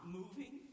moving